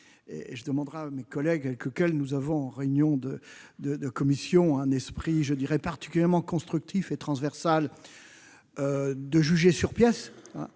Je demanderai donc à mes collègues, avec lesquels nous échangeons, lors des réunions de commission, dans un esprit particulièrement constructif et transversal, de juger sur pièces.